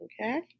Okay